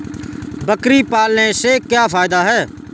बकरी पालने से क्या फायदा है?